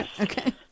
Okay